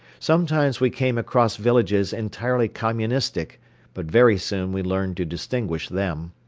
sometimes we came across villages entirely communistic but very soon we learned to distinguish them.